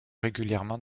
régulièrement